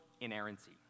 inerrancy